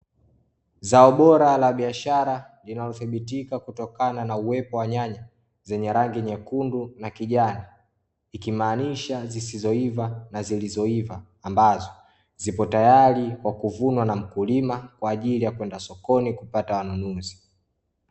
Zao bora la biashara inayodhibitika kutokana na uwepo wa nyanya zenye rangi nyekundu na kijani, ikimaanisha zisizoiva na zilizoiva ambazo zipo tayari kwa kuvunwa na mkulima kwa ajili ya kwenda sokoni kupata wanunuzi.